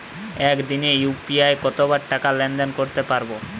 একদিনে ইউ.পি.আই কতবার টাকা লেনদেন করতে পারব?